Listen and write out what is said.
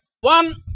one